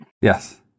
yes